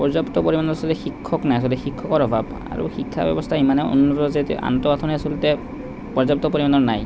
পৰ্য্যাপ্ত পৰিমাণৰ আচলতে শিক্ষক নাই আচলতে শিক্ষকৰ অভাৱ আৰু শিক্ষা ব্যৱস্থা ইমানেই অনুন্নত যে আন্তঃগাঠনি আচলতে পৰ্য্যাপ্ত পৰিমাণৰ নাই